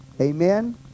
Amen